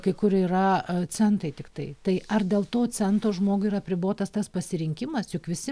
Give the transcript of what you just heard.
kai kur yra centai tiktai tai ar dėl to cento žmogui yra apribotas tas pasirinkimas juk visi